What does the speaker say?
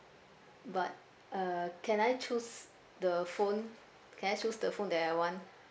but uh can I choose the phone can I choose the phone that I want